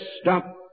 stop